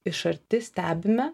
iš arti stebime